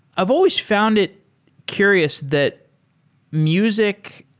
i've always found it curious that music,